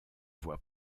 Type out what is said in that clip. voix